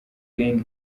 gang